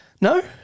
No